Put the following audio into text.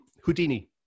Houdini